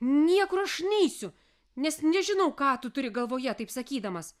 niekur aš neisiu nes nežinau ką tu turi galvoje taip sakydamas